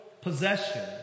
possession